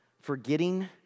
forgetting